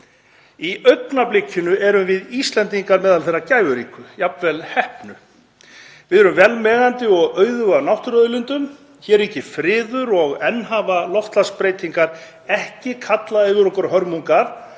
Í augnablikinu erum við Íslendingar meðal þeirra gæfuríku, jafnvel heppnu. Við erum velmegandi og auðug af náttúruauðlindum, hér ríkir friður og enn hafa loftslagsbreytingar ekki kallað yfir okkur hörmungar